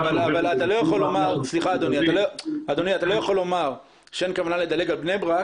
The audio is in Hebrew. אתה לא יכול לומר שאין כוונה לדלג על בני ברק,